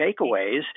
takeaways